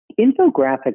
Infographics